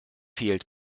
fehlt